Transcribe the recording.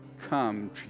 Come